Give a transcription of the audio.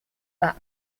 that